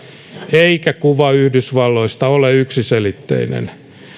eikä kuva yhdysvalloista ole yksiselitteinen